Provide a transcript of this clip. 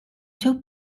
took